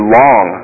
long